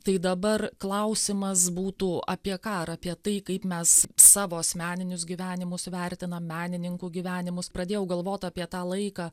tai dabar klausimas būtų apie ką ar apie tai kaip mes savo asmeninius gyvenimus vertinam menininkų gyvenimus pradėjau galvot apie tą laiką